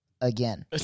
again